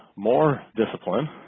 more discipline.